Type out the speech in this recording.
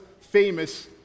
famous